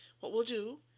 what we'll do